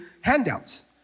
handouts